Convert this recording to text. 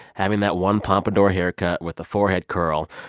having that one pompadour haircut with a forehead curl,